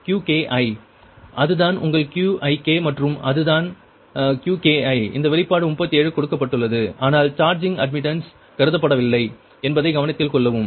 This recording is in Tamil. Qki Vk2|Yik|sin θik|Vi||Vk||Yik|sin ik ki Vk|2Yik0| அதுதான் உங்கள் Qik மற்றும் அது தான் Qki இந்த வெளிப்பாடு 37 கொடுக்கப்பட்டுள்ளது ஆனால் சார்ஜிங் அட்மிட்டன்ஸ் கருதப்படவில்லை என்பதை கவனத்தில் கொள்ளவும்